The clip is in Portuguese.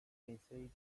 pensei